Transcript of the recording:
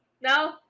No